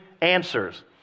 answers